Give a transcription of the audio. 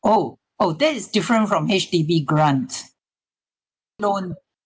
oh oh that is different from H_D_B grant loan